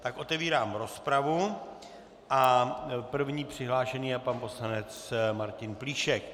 Tak otevírám rozpravu a první přihlášený je pan poslanec Martin Plíšek.